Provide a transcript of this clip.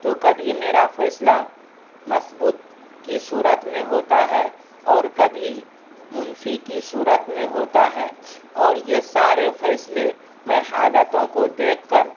تو کبھی میرا فیصلہ مثبت کی صورت میں ہوتا ہے اور کبھی منفی کی صورت میں ہوتا ہے اور یہ سارے فیصلے میں حالتوں کو دیکھ کر